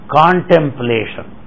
contemplation